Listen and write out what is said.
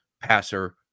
passer